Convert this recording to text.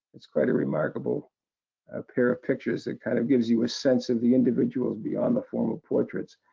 that's quite a remarkable ah pair of pictures. it, kind of, gives you a sense of the individuals beyond the form of portrait. the